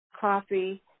coffee